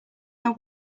know